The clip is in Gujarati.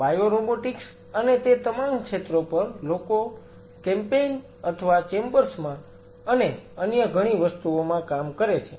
બાયોરોબોટિક્સ અને તે તમામ ક્ષેત્રો પર લોકો ઝુંબેશ અથવા ઓરડાઓ માં અને અન્ય ઘણી વસ્તુઓમાં કામ કરે છે